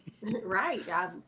right